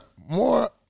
more